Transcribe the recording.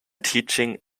teaching